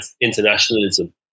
internationalism